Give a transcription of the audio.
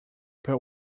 per